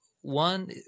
one